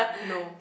no